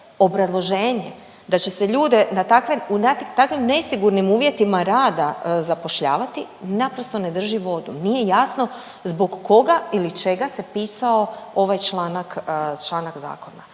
obrazloženja da će se ljude na takvim, u takvim nesigurnim uvjetima rada zapošljavati naprosto ne drži vodu, nije jasno zbog koga ili čega se pisao ovaj članak, članak